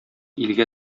илгә